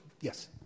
Yes